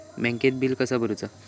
बँकेत बिल कसा भरुचा?